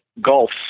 golf